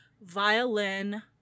violin